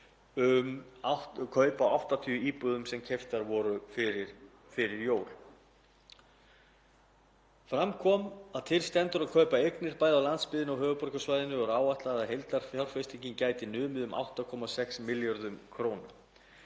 um kaup á 80 íbúðum sem keyptar voru fyrir jól. Fram kom að til stendur að kaupa eignir bæði á landsbyggðinni og á höfuðborgarsvæðinu og áætlað er að heildarfjárfesting gæti numið um 8,6 milljörðum kr.